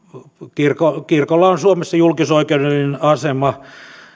kirkolla kirkolla on suomessa julkisoikeudellinen asema